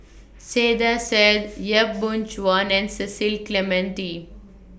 Saiedah Said Yap Boon Chuan and Cecil Clementi